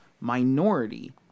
minority